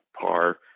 par